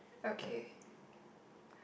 okay